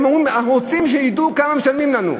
הם אומרים: אנחנו רוצים שידעו כמה משלמים לנו.